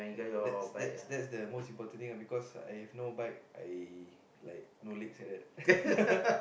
that that's that's that's the most important thing lah because I have no bike I like no legs like that